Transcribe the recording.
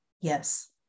Yes